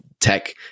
tech